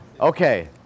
Okay